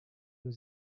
was